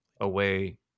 away